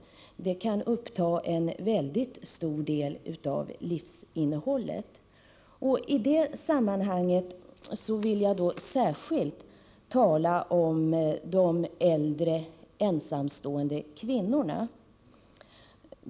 Fritidshuset kan täcka in en väldigt stor del av livsinnehållet. I detta sammanhang vill jag särskilt fästa uppmärksamheten på de äldre ensamstående kvinnorna.